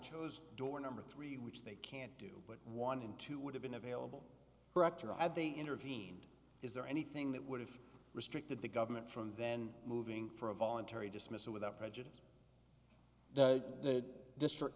chose door number three which they can't do but one in two would have been available rector had they intervened is there anything that would have restricted the government from then moving for a voluntary dismissal without prejudice the district